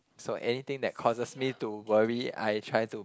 so anything that causes me to worry I try to